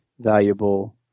valuable